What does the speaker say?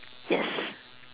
yes